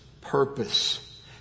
purpose